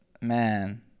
man